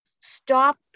stop